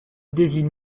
désigne